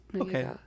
okay